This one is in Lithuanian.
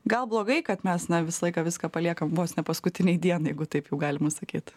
gal blogai kad mes na visą laiką viską paliekam vos ne paskutinei dienai jeigu taip jau galima sakyt